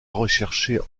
rechercher